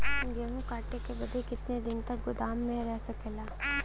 गेहूँ कांटे के बाद कितना दिन तक गोदाम में रह सकेला?